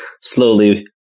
slowly